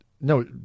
No